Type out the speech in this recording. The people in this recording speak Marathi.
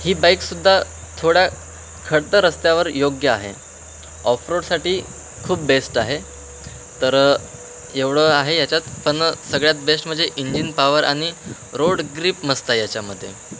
ही बाईकसुद्धा थोड्या खडतर रस्त्यावर योग्य आहे ऑफ रोडसाठी खूप बेस्ट आहे तर एवढं आहे याच्यात पण सगळ्यात बेस्ट म्हणजे इंजिन पावर आणि रोड ग्रीप मस्त आहे याच्यामध्ये